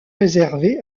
réservée